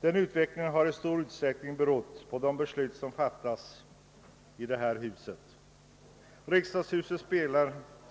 Den utvecklingen har i stor utsträckning berott på de beslut som fattats i detta hus. Riksdagshuset